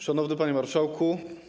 Szanowny Panie Marszałku!